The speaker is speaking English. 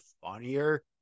funnier